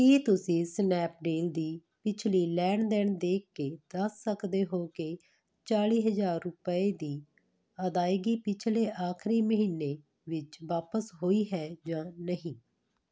ਕੀ ਤੁਸੀਂਂ ਸਨੈਪਡੀਲ ਦੀ ਪਿਛਲੀ ਲੈਣ ਦੇਣ ਦੇਖ ਕੇ ਦੱਸ ਸਕਦੇ ਹੋ ਕਿ ਚਾਲ੍ਹੀ ਹਜ਼ਾਰ ਰੁਪਏ ਦੀ ਅਦਾਇਗੀ ਪਿਛਲੇ ਆਖਰੀ ਮਹੀਨੇ ਵਿੱਚ ਵਾਪਸ ਹੋਈ ਹੈ ਜਾਂ ਨਹੀਂ